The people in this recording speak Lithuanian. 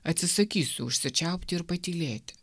atsisakysiu užsičiaupti ir patylėti